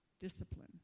discipline